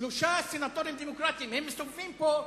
שלושה סנטורים דמוקרטים, הם מסתובבים פה,